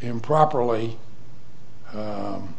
improperly